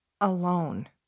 alone